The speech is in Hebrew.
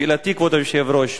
שאלתי, כבוד היושב-ראש: